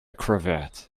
cravat